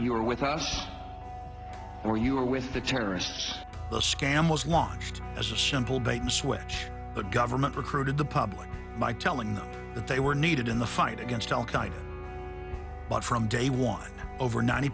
you are with us or you are with the terrorists the scam was launched as a simple bait and switch the government recruited the public by telling them that they were needed in the fight against al qaeda but from day one over ninety